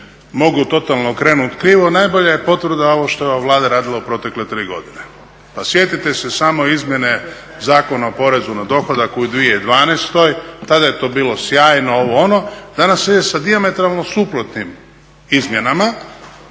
mogu totalno okrenuti krivo najbolja je potvrda ovo što je ova Vlada radila u protekle tri godine. Pa sjetite se samo izmjene Zakona o porezu na dohodak u 2012., tada je to bilo sjajno ovo ono, danas se ide sa dijametralno suprotnim izmjenama